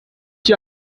dir